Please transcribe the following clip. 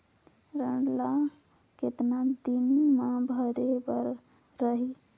ऋण ला कतना दिन मा भरे बर रही?